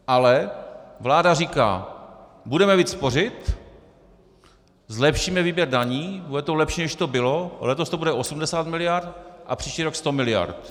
Ale vláda říká: budeme víc spořit, zlepšíme výběr daní, bude to lepší, než to bylo, letos to bude 80 mld. a příští rok 100 mld.